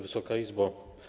Wysoka Izbo!